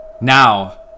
Now